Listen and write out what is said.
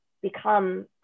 become